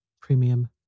Premium